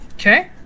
Okay